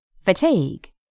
fatigue